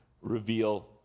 reveal